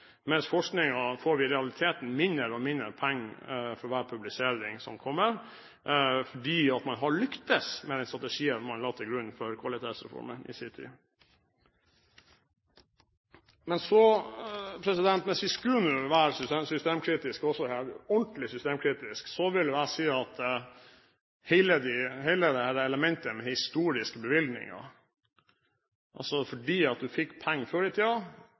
publisering som kommer, fordi man har lyktes med den strategien man i sin tid la til grunn for Kvalitetsreformen. Hvis vi skulle være ordentlig systemkritiske, vil jeg si at hele elementet med «historiske bevilgninger» – altså fordi du fikk penger før i tiden, skal du også få penger neste år – er ikke å drive politikk, det er fravær av politikk. Vi vet at